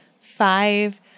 five